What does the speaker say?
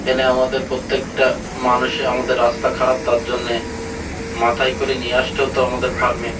এনে আমাদের প্রত্যেকটা মানুষে আমাদের রাস্তা খারাপ তার জন্যে মাথায় করে নিয়ে আসতে হতো আমাদের ফার্মে